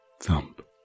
thump